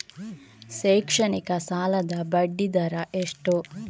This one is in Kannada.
ಶೈಕ್ಷಣಿಕ ಸಾಲದ ಬಡ್ಡಿ ದರ ಎಷ್ಟು?